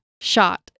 shot